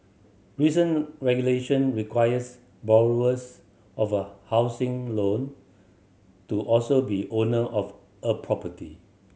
recent regulation requires borrowers of a housing loan to also be owner of a property